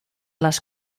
les